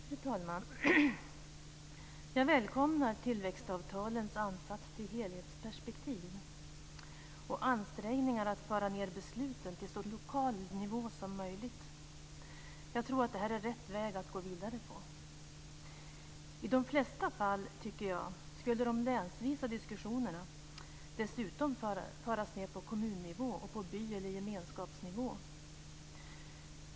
Fru talman! Jag välkomnar tillväxtavtalens ansats till helhetsperspektiv och ansträngningar att föra ned besluten till så lokal nivå som möjligt. Jag tror att det här är rätt väg att gå vidare på. I de flesta fall tycker jag att de länsvisa diskussionerna dessutom skulle föras ned på kommunnivå och på by eller gemenskapsnivå.